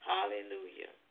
Hallelujah